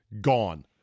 Gone